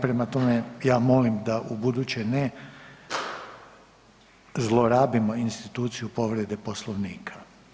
Prema tome, ja molim da u buduće ne zlorabimo instituciju povrede Poslovnika.